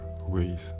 ways